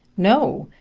no,